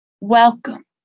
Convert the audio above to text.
welcome